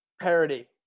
parody